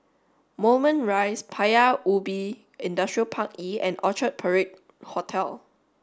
Moulmein Rise Paya Ubi Industrial Park E and Orchard Parade Hotel